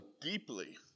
deeply